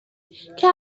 کفشها